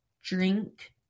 drink